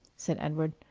said edward,